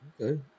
Okay